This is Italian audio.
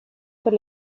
per